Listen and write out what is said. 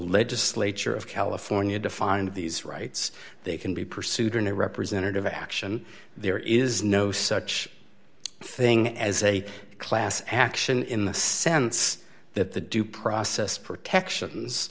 legislature of california defined these rights they can be pursued in a representative action there is no such thing as a class action in the sense that the due process protections